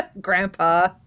Grandpa